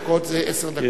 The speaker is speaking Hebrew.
עשר דקות זה עשר דקות,